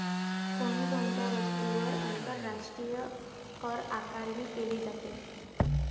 कोण कोणत्या वस्तूंवर आंतरराष्ट्रीय करआकारणी केली जाते?